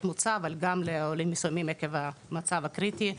מוצא אבל גם לעולים מסוימים עקב המצב הקריטי,